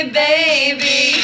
baby